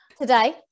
Today